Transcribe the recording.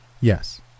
Yes